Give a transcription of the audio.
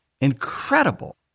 incredible